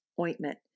ointment